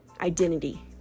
identity